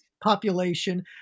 population